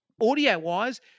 audio-wise